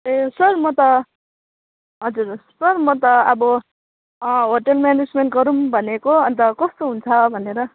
ए sir म त हजुर सर म त अब होटल म्यानेजमेन्ट गरौँ भनेको अन्त कस्तो हुन्छ भनेर